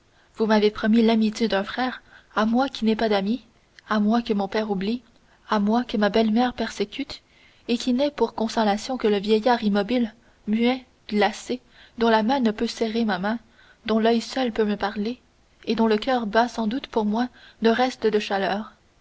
vous m'avez promis l'amitié d'un frère à moi qui n'ai pas d'amis à moi que mon père oublie à moi que ma belle-mère persécute et qui n'ai pour consolation que le vieillard immobile muet glacé dont la main ne peut serrer ma main dont l'oeil seul peut me parler et dont le coeur bat sans doute pour moi d'un reste de chaleur